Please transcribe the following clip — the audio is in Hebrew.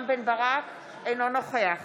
אינו נוכח